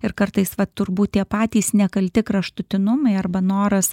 ir kartais va turbūt tie patys nekalti kraštutinumai arba noras